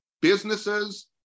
businesses